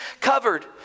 covered